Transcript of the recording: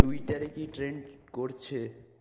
টুইটারে কি ট্রেন্ড করছে